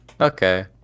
okay